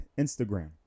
Instagram